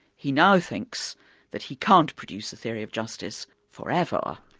he now thinks that he can't produce a theory of justice forever,